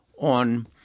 on